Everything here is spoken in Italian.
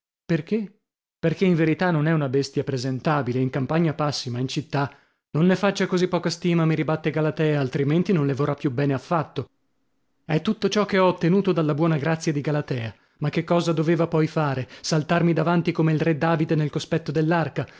perchè perchè in verità non è una bestia presentabile in campagna passi ma in città non ne faccia così poca stima mi ribatte galatea altrimenti non le vorrà più bene affatto è tutto ciò che ho ottenuto dalla buona grazia di galatea ma che cosa doveva poi fare saltarmi davanti come il re david nel cospetto